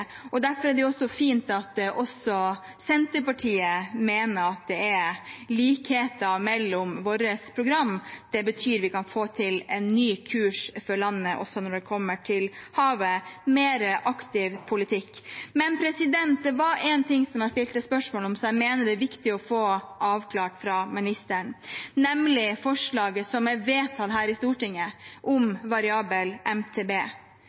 Derfor er det fint at også Senterpartiet mener at det er likheter mellom våre program. Det betyr at vi kan få til en ny kurs for landet også når det kommer til havet, en mer aktiv politikk. Men det var én ting jeg stilte spørsmål om, som jeg mener det er viktig å få avklart fra ministeren, nemlig forslaget som er vedtatt her i Stortinget om variabel MTB.